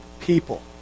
people